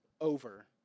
Over